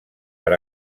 per